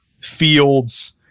fields